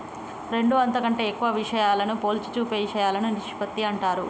రెండు అంతకంటే ఎక్కువ విషయాలను పోల్చి చూపే ఇషయాలను నిష్పత్తి అంటారు